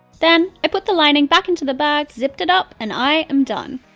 then, i put the lining back into the bag, zipped it up, and i am done.